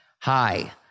Hi